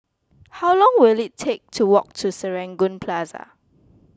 how long will it take to walk to Serangoon Plaza